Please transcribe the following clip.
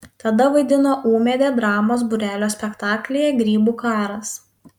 tada vaidino ūmėdę dramos būrelio spektaklyje grybų karas